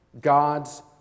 God's